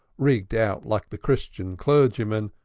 rigged out, like the christian clergyman,